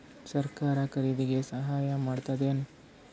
ಸರಕಾರ ಖರೀದಿಗೆ ಸಹಾಯ ಮಾಡ್ತದೇನು?